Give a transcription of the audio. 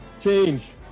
Change